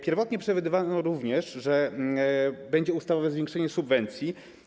Pierwotnie przewidywano również, że będzie ustawowe zwiększenie subwencji.